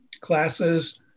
classes